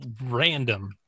random